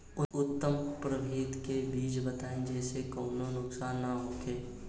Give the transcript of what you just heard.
उन्नत प्रभेद के बीज बताई जेसे कौनो नुकसान न होखे?